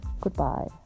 goodbye